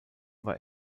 war